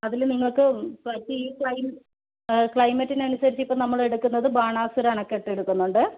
അതിൽ നിങ്ങൾക്ക് പറ്റിയ ഈ ക്ലൈമറ്റിന് അനുസരിച്ച് ഇപ്പോൾ നമ്മൾ എടുക്കുന്നത് ബാണാസുര അണക്കെട്ട് എടുക്കുന്നുണ്ട്